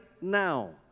now